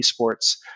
esports